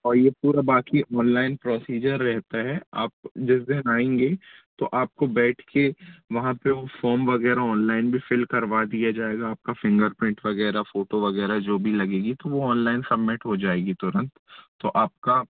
और ये पूरा बाकी ऑनलाइन प्रोसीजर रहता है आप जिस दिन आएंगे तो आपको बैठ के वहाँ पे वो फॉम वगैरह ऑनलाइन भी फिल करवा दिया जाएगा आपका फिंगर प्रिंट वगैरह फ़ोटो वगैरह जो भी लगेगी तो वो ऑनलाइन सब्मिट हो जाएगी तुरंत तो आपका